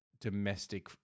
domestic